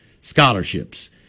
scholarships